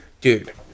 Dude